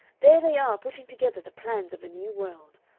there they are putting together the plans of a new world.